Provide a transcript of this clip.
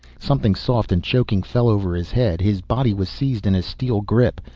something soft and choking fell over his head, his body was seized in a steel grip.